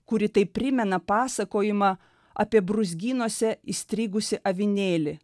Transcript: kuri taip primena pasakojimą apie brūzgynuose įstrigusį avinėlį